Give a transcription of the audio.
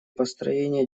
построение